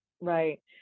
Right